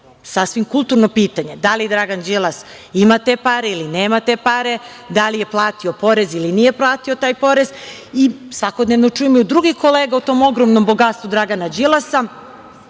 sasvim kulturno pitanje – da li Dragan Đilas ima te pare ili nema te pare, da li je platio porez ili nije platio taj porez? Svakodnevno čujemo i od drugih kolega o tom ogromnom bogatstvu Dragana Đilasa